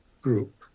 group